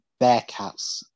Bearcats